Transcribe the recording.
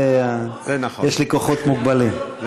יש לי כוחות מוגבלים.